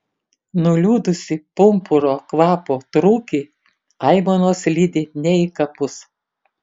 nuliūdusį pumpuro kvapo trūkį aimanos lydi ne į kapus